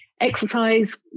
exercise